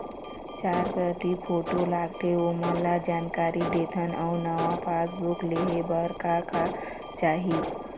चार प्रति फोटो लगथे ओमन ला जानकारी देथन अऊ नावा पासबुक लेहे बार का का चाही?